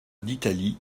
d’italie